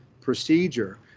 procedure